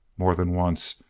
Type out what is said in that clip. more than once,